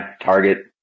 target